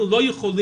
אנחנו לא יכולים,